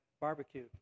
barbecue